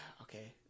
okay